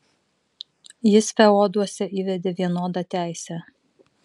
jis feoduose įvedė vienodą teisę